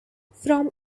from